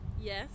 yes